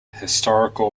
historical